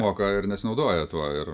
moka ir nesinaudoja tuo ir